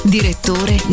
Direttore